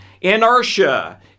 inertia